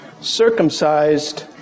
Circumcised